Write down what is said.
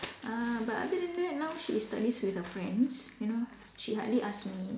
uh but other than that now she is studies with her friends you know she hardly asks me